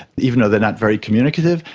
even though they are not very communicative,